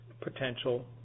potential